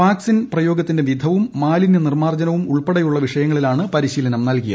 vaccine പ്രയോഗത്തിന്റെ വിധവും മാലിന്യ നിർമ്മാർജ്ജനവും ഉൾപ്പെടെയുള്ള വിഷയങ്ങളിലാണ് പരിശീലനം നൽകിയത്